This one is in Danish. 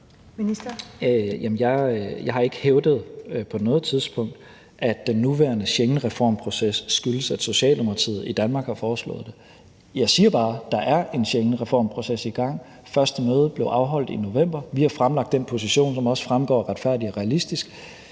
Jeg har ikke hævdet på noget tidspunkt, at den nuværende Schengenreformproces skyldes, at Socialdemokratiet i Danmark har foreslået det. Jeg siger bare, at der er en Schengenreformproces i gang. Det første møde blev afholdt i november, og vi har fremlagt den position, som også fremgår af »Retfærdig og realistisk«.